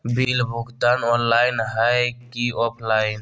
Bill भुगतान online है की ऑफलाइन?